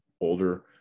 older